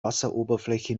wasseroberfläche